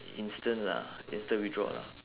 instant lah instant withdraw lah